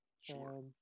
Sure